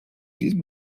diesem